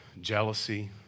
jealousy